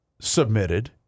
submitted